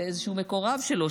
לאיזשהו מקורב שלו,